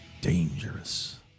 dangerous